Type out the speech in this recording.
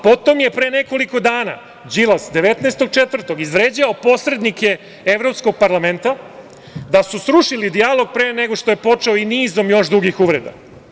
Potom je pre nekoliko dana, 19. 04. izvređao posrednike Evropskog parlamenta da su srušili dijalog pre nego što je počeo, i nizom još drugih uvreda.